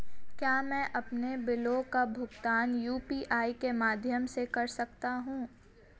क्या मैं अपने बिलों का भुगतान यू.पी.आई के माध्यम से कर सकता हूँ?